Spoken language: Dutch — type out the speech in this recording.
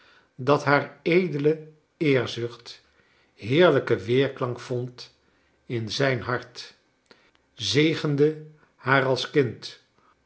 dat haar edele eerzucht heerlijken weerklank vond in zijn hart zegende haar als een kind